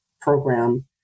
program